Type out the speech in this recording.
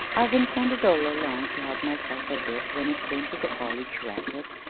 i've intended all along to help myself a bit when it came to the college racket,